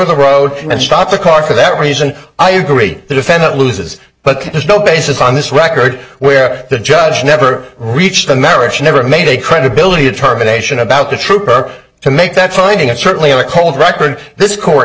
the road and stop the car for that reason i agree the defendant loses but there's no basis on this record where the judge never reached the merits never made a credibility determination about the trooper to make that finding and certainly a cold record this court